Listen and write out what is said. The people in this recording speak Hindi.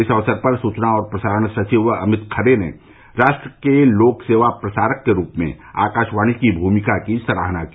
इस अवसर पर सूचना और प्रसारण सचिव अमित खरे ने राष्ट्र के लोक सेवा प्रसारक के रूप में आकाशवाणी की भूमिका की सराहना की